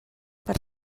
per